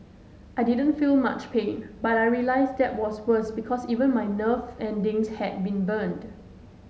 I didn't feel much pain but I realised that was worse because even my nerve endings had been burned